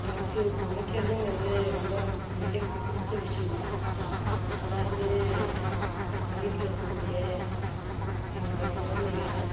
எனக்கு சமைக்கிறதுங்கிறது ரொம்ப மிக பிடிச்ச விஷயம் அதாவது நம்ம வீட்டில் இருக்கக்கூடிய என்னுடைய குழந்தைங்க